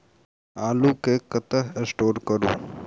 आलु केँ कतह स्टोर करू?